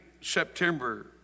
September